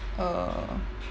err